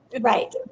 Right